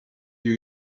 you